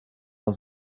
his